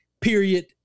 Period